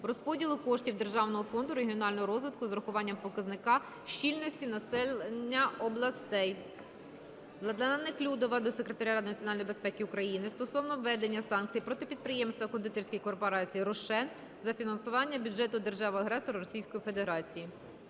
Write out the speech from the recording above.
розподілу коштів Державного фонду регіонального розвитку з урахуванням показника щільності населення областей. Владлена Неклюдова до Секретаря Ради національної безпеки України стосовно введення санкцій проти підприємств Кондитерської корпорації "Рошен" за фінансування бюджету держави-агресора – Російської Федерації.